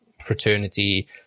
fraternity